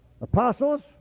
apostles